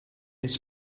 its